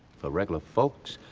for regular folks.